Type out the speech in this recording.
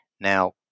Now